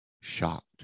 shocked